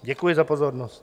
Děkuji za pozornost.